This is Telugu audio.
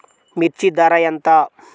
మిర్చి ధర ఎంత?